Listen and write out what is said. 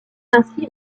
ainsi